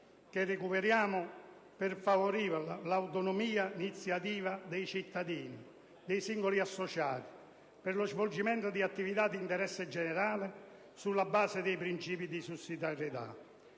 si recupera per favorire «l'autonoma iniziativa dei cittadini, singoli e associati, per lo svolgimento di attività di interesse generale, sulla base del principio di sussidiarietà»